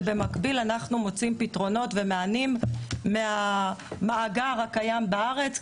ובמקביל אנחנו מוצאים פתרונות ומענים מתוך המאגר הקיים בארץ,